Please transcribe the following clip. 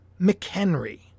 McHenry